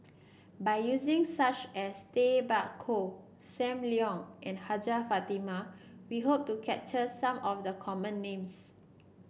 by using such as Tay Bak Koi Sam Leong and Hajjah Fatimah we hope to capture some of the common names